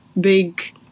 big